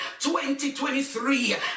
2023